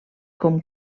com